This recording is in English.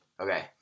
Okay